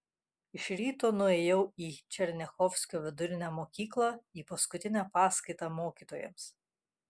iš ryto nuėjau į černiachovskio vidurinę mokyklą į paskutinę paskaitą mokytojams